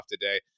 today